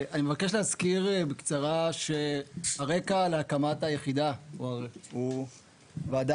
אני מבקש להזכיר בקצרה שהרקע להקמת היחידה הוא ועדה